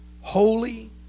holy